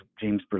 James